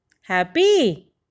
happy